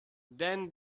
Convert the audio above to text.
then